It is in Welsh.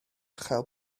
chael